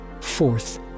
Fourth